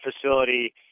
facility